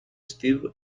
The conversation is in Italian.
steve